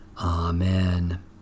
Amen